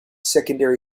secondary